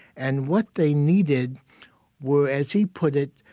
and what they needed were, as he put it,